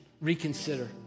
reconsider